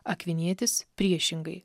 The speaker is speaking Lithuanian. akvinietis priešingai